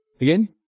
Again